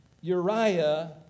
Uriah